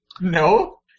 No